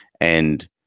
And-